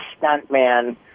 stuntman